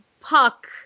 Puck